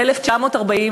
ב-1949.